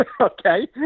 Okay